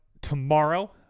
tomorrow